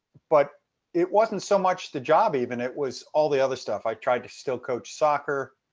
but it wasn't so much the job even, it was all the other stuff. i tried to still coach soccer,